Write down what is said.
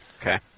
Okay